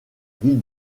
ville